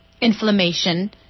inflammation